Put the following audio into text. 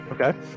Okay